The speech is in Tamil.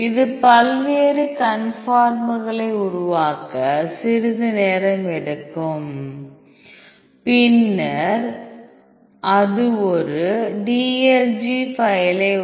இது பல்வேறு கன்ஃபார்மர்களை உருவாக்க சிறிது நேரம் எடுக்கும் பின்னர் அது ஒரு டிஎல்ஜி ஃபைலை உருவாக்கும்